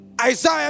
Isaiah